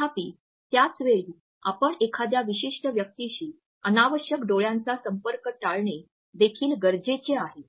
तथापि त्याच वेळी आपण एखाद्या विशिष्ट व्यक्तीशी अनावश्यक डोळ्यांचा संपर्क टाळणे देखील गरजेचे आहे